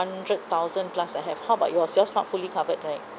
hundred thousand plus I have how about yours yours not fully covered right